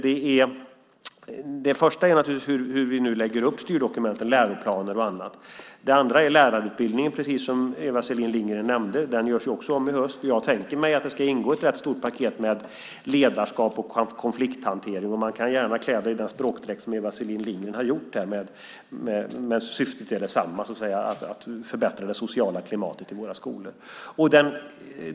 Men det första handlar naturligtvis om hur vi nu lägger upp styrdokumenten, läroplaner och annat. Det andra gäller lärarutbildningen, precis som Eva Selin Lindgren nämnde. Den görs också om i höst. Jag tänker mig att det ska ingå ett rätt stort paket med ledarskap och konflikthantering. Man kan gärna klä det i den språkdräkt som Eva Selin Lindgren har gjort här, men syftet är detsamma, att förbättra det sociala klimatet i våra skolor.